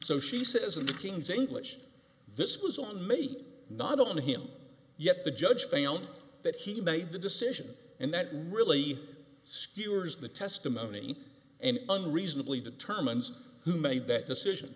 so she says and the king's english this goes on mate not on him yet the judge failed that he made the decision and that really skewers the testimony and unreasonably determines who made that decision